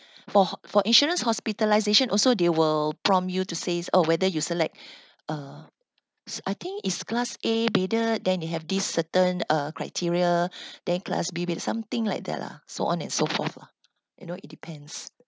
for for insurance hospitalisation also they will prompt you to says or whether you select uh I think is class A bedder then they have this certain uh criteria then class B or something like that lah so on and so forth lah you know it depends